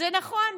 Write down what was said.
זה נכון.